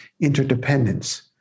interdependence